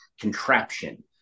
contraption